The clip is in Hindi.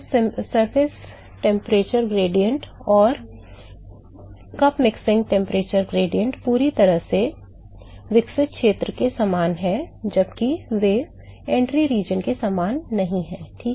तो सतह के तापमान ढाल और मिश्रण कप तापमान ढाल पूरी तरह से विकसित क्षेत्र में समान हैं जबकि वे प्रवेश क्षेत्र में समान नहीं हैं ठीक है